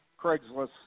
Craigslist